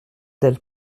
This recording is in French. del